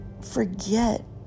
forget